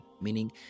meaning